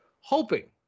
hoping